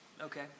Okay